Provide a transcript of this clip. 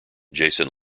jason